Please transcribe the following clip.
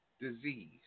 disease